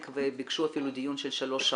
והם ביקשו אפילו דיון של שלוש שעות.